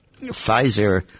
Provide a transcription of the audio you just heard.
Pfizer